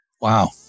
Wow